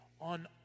On